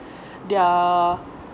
their